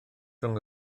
rhwng